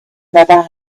never